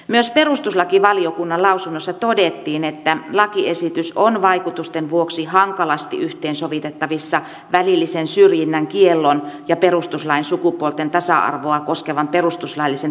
myös perustuslakivaliokunnan lausunnossa todettiin että lakiesitys on vaikutusten vuoksi hankalasti yhteensovitettavissa välillisen syrjinnän kiellon ja perustuslain sukupuolten tasa arvoa koskevan perustuslaillisen toimeksiannon kanssa